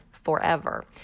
forever